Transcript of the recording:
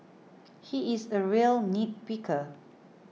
he is a real nitpicker